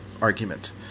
argument